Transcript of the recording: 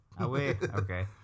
Okay